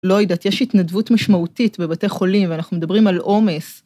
לא יודעת. יש התנדבות משמעותית בבתי חולים, ואנחנו מדברים על עומס.